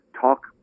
talk